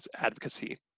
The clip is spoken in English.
advocacy